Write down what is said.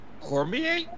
Cormier